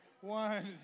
one